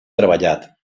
treballat